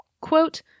Quote